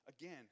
Again